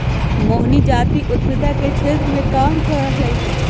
मोहिनी जाति उधमिता के क्षेत्र मे काम कर रहलई ह